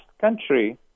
country